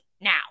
now